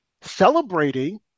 celebrating